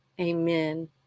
Amen